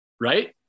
Right